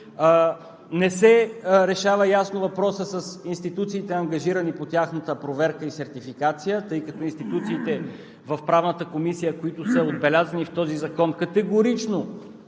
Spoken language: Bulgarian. не се решава ясно въпросът с институциите, ангажирани по тяхната проверка и сертификация, тъй като институциите, които са отбелязани в този закон,